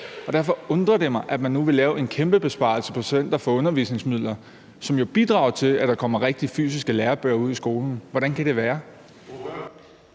og derfor undrer det mig, at man nu vil lave en kæmpe besparelse på Center for Undervisningsmidler, som jo bidrager til, at der kommer rigtige, fysiske lærebøger ude i skolerne. Hvordan kan det være?